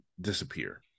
disappear